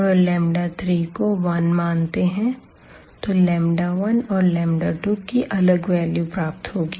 अगर 3 को 1 मानते है तो 1 और 2 की अलग वेल्यू प्राप्त होगी